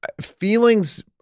feelings